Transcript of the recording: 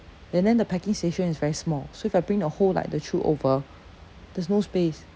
and then the packing station is very small so if I bring the whole like the troop over there's no space